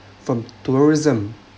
from tourism